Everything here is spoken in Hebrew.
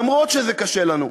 אף שזה קשה לנו.